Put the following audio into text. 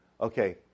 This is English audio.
Okay